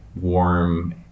warm